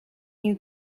you